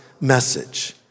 message